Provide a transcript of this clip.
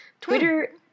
twitter